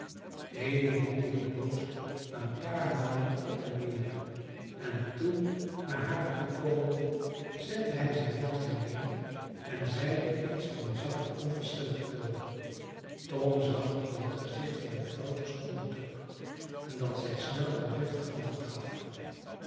haley wandelde de boot een paar malen op en neer en toen naar haar toekomende zette hij zich naast haar neer en zeide iets op een zachten onverschilligen toon tom zag dat het gezicht van de vrouw terstond betrok en dat zij snel en driftig antwoord gaf